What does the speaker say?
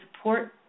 support